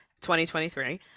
2023